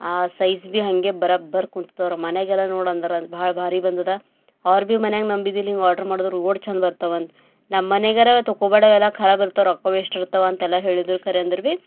ಆ ಸೈಝ್ ಬಿ ಹಂಗೆ ಬರೊಬ್ಬರಿ ಕುಂತತವರ ಮನೆಗೆಲ್ಲ ನೋಡಿ ಅಂದ್ರಲ್ಲಿ ಭಾಳ್ ಭಾರಿ ಬಂದದ ಅವ್ರು ಬಿ ಮನ್ಯಾಗ ನಂಬಿದಿಲ್ಲಿಂಗ ಆರ್ಡ್ರ್ ಮಾಡಿದ್ರು ಓಡ್ ಚಂದ ಬರ್ತವಂತ ನಮ್ಮಮನಿಗರಾ ತೊಕ್ಕೊಬೇಡ ಎಲ್ಲಾ ಖರಾಬಿರ್ತವ್ ರೊಕ್ಕ ವೇಶ್ಟ್ ಇರ್ತವ ಅಂತೆಲ್ಲಾ ಹೇಳಿದ್ರು ಖರೆ ಅಂದ್ರ ಬಿ